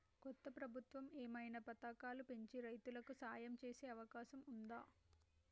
కొత్త ప్రభుత్వం ఏమైనా పథకాలు పెంచి రైతులకు సాయం చేసే అవకాశం ఉందా?